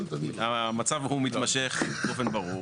המצב הוא מתמשך באופן ברור,